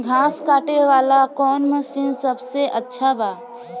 घास काटे वाला कौन मशीन सबसे अच्छा बा?